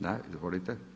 Da, izvolite.